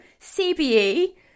CBE